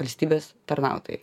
valstybės tarnautojai